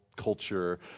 culture